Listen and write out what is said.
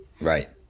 right